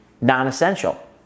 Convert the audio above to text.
non-essential